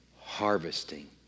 harvesting